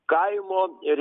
kaimo ir